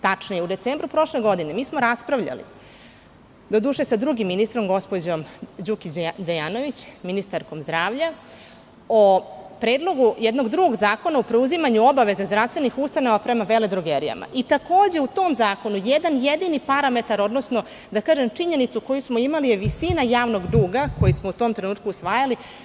Tačnije, u decembru prošle godine mi smo raspravljali, doduše sa drugim ministrom, gospođom Đukić Dejanović, ministarkom zdravlja, o predlogu jednog drugog zakona o preuzimanju obaveza zdravstvenih ustanova prema veledrogerijama i takođe, u tom zakonu jedan jedini parametar odnosno, da kažem činjenica koju smo imali je visina javnog duga koji smo u tom trenutku usvajali.